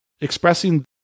expressing